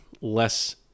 less